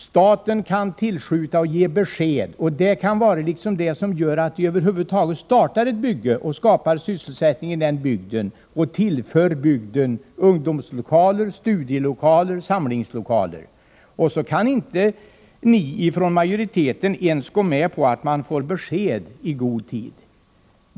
Staten kan skjuta till resten, och det kan vara det tillskottet som gör att man över huvud taget startar ett bygge som skapar sysselsättning och tillför bygden ungdomslokaler, studielokaler och samlingslokaler. Ni som tillhör utskottsmajoriteten kan då inte ens gå med på att det skall ges besked i god tid.